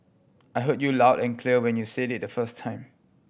I heard you loud and clear when you said it the first time